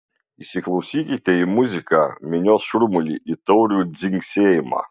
įsiklausykite į muziką minios šurmulį į taurių dzingsėjimą